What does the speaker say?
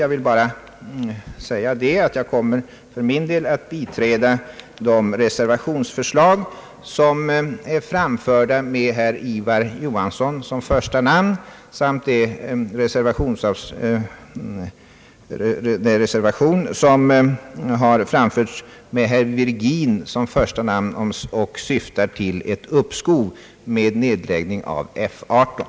Jag vill bara säga att jag för min del kommer att biträda de reservationsförslag som är framförda med herr Ivar Johansson som första namn och den reservation som har avgivits med herr Virgin som första namn och som syftar till ett uppskov med nedläggning av F 18.